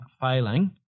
failing